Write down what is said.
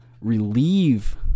relieve